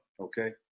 Okay